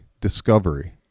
discovery